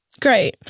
Great